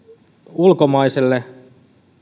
ulkomaiselle